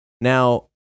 Now